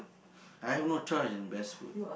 I have no choice in best food